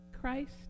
Christ